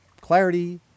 Clarity